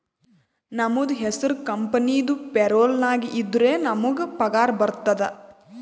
ನಮ್ದು ಹೆಸುರ್ ಕಂಪೆನಿದು ಪೇರೋಲ್ ನಾಗ್ ಇದ್ದುರೆ ನಮುಗ್ ಪಗಾರ ಬರ್ತುದ್